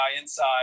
inside